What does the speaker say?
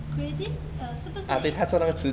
creative uh 是不是 uh